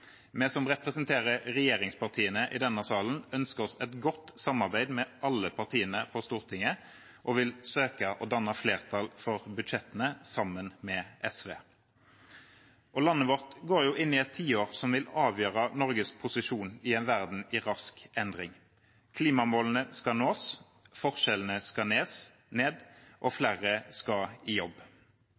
Vi som representerer regjeringspartiene i denne salen, ønsker oss et godt samarbeid med alle partiene på Stortinget og vil søke å danne flertall for budsjettene sammen med SV. Landet vårt går inn i et tiår som vil avgjøre Norges posisjon i en verden i rask endring. Klimamålene skal nås, forskjellene skal ned, og flere skal i jobb.